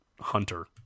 hunter